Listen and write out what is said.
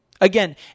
Again